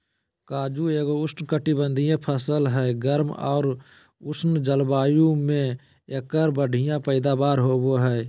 काजू एगो उष्णकटिबंधीय फसल हय, गर्म आर उष्ण जलवायु मे एकर बढ़िया पैदावार होबो हय